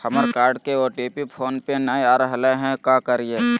हमर कार्ड के OTP phone पे नई आ रहलई हई, का करयई?